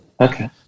Okay